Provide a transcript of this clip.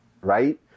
right